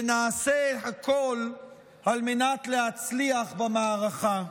ונעשה הכול על מנת להצליח במערכה.